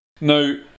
Now